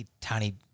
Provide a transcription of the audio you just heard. tiny